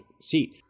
seat